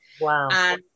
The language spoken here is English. Wow